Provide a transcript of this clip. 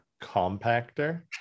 Compactor